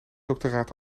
doctoraat